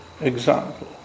example